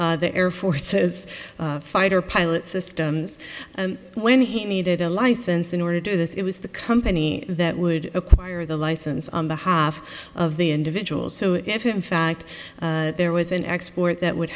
the air force says fighter pilot systems when he needed a license in order to do this it was the company that would acquire the license on behalf of the individual so if in fact there was an export that would